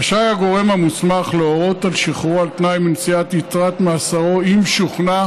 רשאי הגורם המוסמך להורות על שחרורו על תנאי מנשיאת יתרת מאסרו אם שוכנע